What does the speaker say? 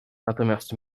natomiast